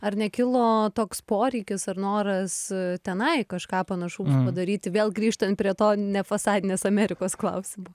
ar nekilo toks poreikis ar noras tenai kažką panašaus padaryti grįžtant prie to nefasadinės amerikos klausimo